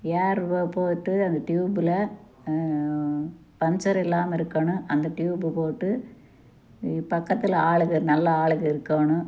ஏர் போட்டு அந்த ட்யூப்ல பஞ்சர் இல்லாமல் இருக்கணும் அந்த ட்யூப் போட்டு இப்பக்கத்தில் ஆளுங்க நல்லா ஆளுங்க இருக்கணும்